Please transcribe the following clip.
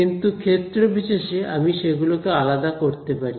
কিন্তু ক্ষেত্র বিশেষে আমি সেগুলো কে আলাদা করতে পারি